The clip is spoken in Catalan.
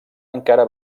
encara